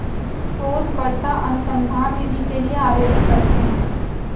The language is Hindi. शोधकर्ता अनुसंधान निधि के लिए आवेदन करते हैं